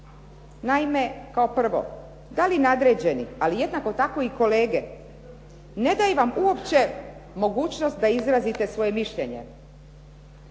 Naime kao prvo. Da li nadređeni, ali jednako tako i kolege ne daju vam uopće mogućnost da izrazite svoje mišljenje.